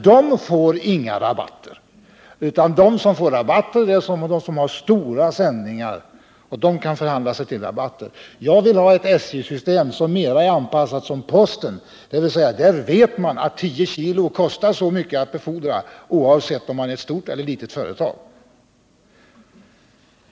De får nämligen inga rabatter. Det är de som har stora sändningar som kan förhandla sig till rabatter. Jag vill ha ett SJ-system som mer liknar postens. Där vet man att 10 kg kostar så och så mycket att befordra, oavsett om det rör sig om ett stort eller ett litet företag.